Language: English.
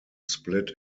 split